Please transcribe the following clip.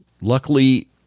luckily